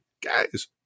Guys